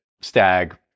stag